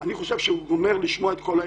אני חושב שהוא גומר לשמוע את כל העדים.